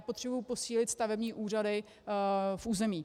Potřebuji posílit stavební úřady v území.